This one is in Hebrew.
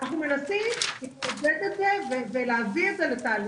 אנחנו מנסים להביא את זה לתהליך,